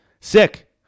Sick